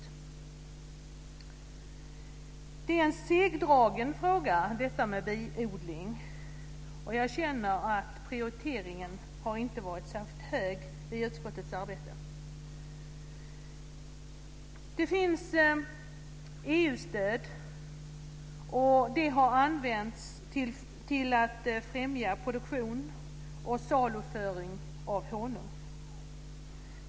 Biodling är en segdragen fråga. Jag känner att prioriteringen inte har varit särskilt hög i utskottets arbete. Det finns EU-stöd. Det har använts till att främja produktion och saluföring av honung.